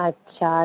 अच्छा